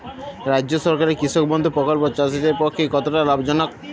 রাজ্য সরকারের কৃষক বন্ধু প্রকল্প চাষীদের পক্ষে কতটা লাভজনক?